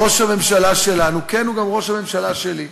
ראש הממשלה שלנו, כן, הוא גם ראש הממשלה שלי,